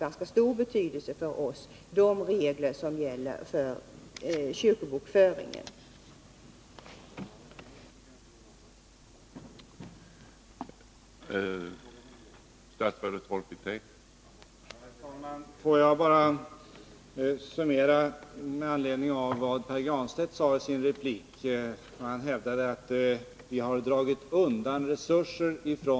Vilka regler som gäller för kyrkobokföringen har alltså ganska stor betydelse för oss.